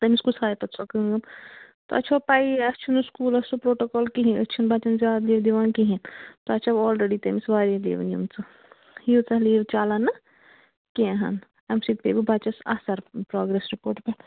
تٔمِس کُس ہایہِ پتہٕ سۄ کٲم تۄہہِ چھَو پیی اَسہِ چھُنہٕ سُکوٗل سُہ پرٛوٹوکال کِہیٖنۍ أسۍ چھِنہٕ بچن زیادٕ لیٖو دِوان کِہیٖنۍ تۄہہِ چھَو آلریٚڈی تٔمِس وارِیاہ لیٖوٕ نِمہٕ ژٕ یٖوٗتاہ لیٖو چَلن نہٕ کیٚنٛہن اَمہِ سۭتۍ پیوٕ بچس اَثر پرٛاگرٮ۪س رِپوٹ پٮ۪ٹھ